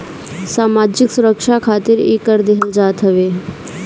सामाजिक सुरक्षा खातिर इ कर देहल जात हवे